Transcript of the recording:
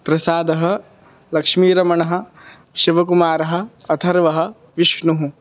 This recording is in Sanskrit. प्रसादः लक्ष्मीरमणः शिवकुमारः अथर्वः विष्णुः